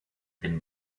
den